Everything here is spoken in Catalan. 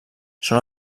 són